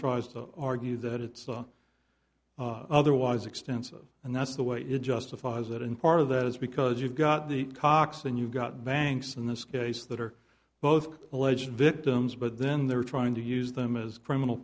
tries to argue that it's on otherwise extensive and that's the way it justifies it and part of that is because you've got the cox and you've got banks in this case that are both alleged victims but then they're trying to use them as criminal